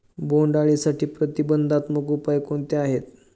बोंडअळीसाठी प्रतिबंधात्मक उपाय कोणते आहेत?